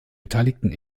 beteiligten